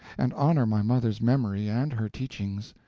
and honor my mother's memory and her teachings,